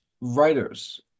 writers